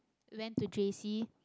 went to J_C